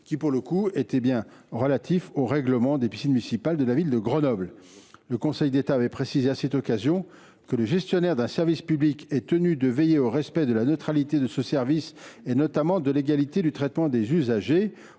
décision du 21 juin 2022, relative au règlement des piscines municipales de la ville de Grenoble. Le Conseil d’État a précisé à cette occasion que le gestionnaire d’un service public est tenu « de veiller au respect de la neutralité du service et notamment de l’égalité du traitement des usagers